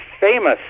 famous